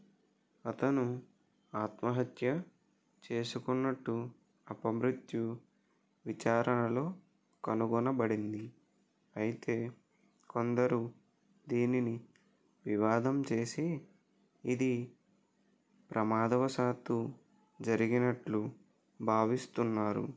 అతను ఆత్మహత్య చేసుకున్నట్టు అపమృత్యు విచారణలో కనుగొనబడింది అయితే కొందరు దీనిని వివాదం చేసి ఇది ప్రమాదవశాత్తు జరిగినట్లు భావిస్తున్నారు